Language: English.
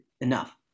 enough